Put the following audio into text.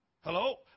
Hello